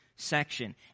section